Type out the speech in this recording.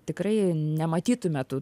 tikrai nematytume tų